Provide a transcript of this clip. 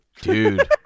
dude